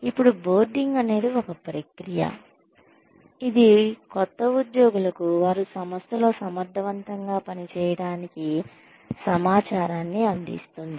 ఇప్పుడు బోర్డింగ్ అనేది ఒక ప్రక్రియ ఇది కొత్త ఉద్యోగులకు వారు సంస్థలో సమర్థవంతంగా పనిచేయటానికి సమాచారాన్ని అందిస్తుంది